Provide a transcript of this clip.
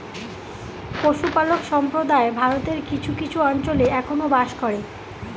পশুপালক সম্প্রদায় ভারতের কিছু কিছু অঞ্চলে এখনো বাস করে